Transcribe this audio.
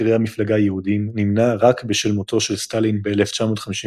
בכירי המפלגה היהודים נמנע רק בשל מותו של סטלין ב-1953.